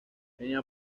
tenía